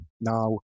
Now